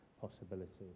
possibilities